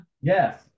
Yes